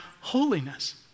holiness